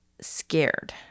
scared